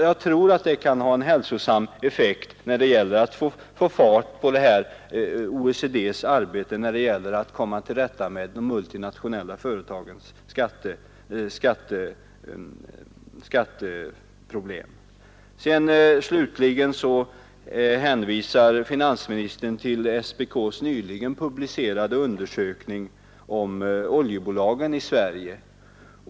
Jag tror det kunde ha en hälsosam effekt när det gäller att få fart på OECD-arbetet med att komma till rätta med de multinationella företagens skatteproblem. Slutligen hänvisar finansministern till SPK:s nyligen publicerade undersökning om oljebolagen i Sverige.